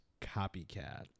Copycat